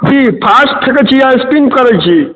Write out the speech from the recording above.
की fast फेकै छी या स्पिन करै छी